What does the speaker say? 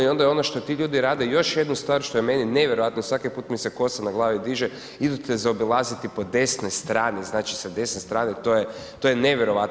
I onda je ono što ti ljudi rade još jednu stvar, što je meni nevjerojatno, svaki puta mi se kosa na glavi diže, idu te zaobilaziti po desnoj strani, znači sa desne strane, to je nevjerojatno.